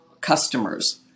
customers